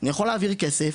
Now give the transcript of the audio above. אני יכול להעביר כסף,